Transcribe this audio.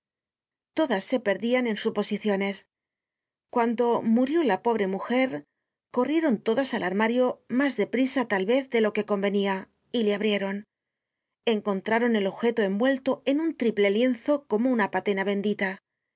todas se perdían en suposiciones cuando murió la pobre mujer corrieron todas al armario mas de prisa tal vez de lo que convenia y le abrieron encontraron el objeto envuelto en un triple lienzo como una patena bendita